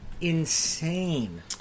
insane